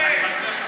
אורן.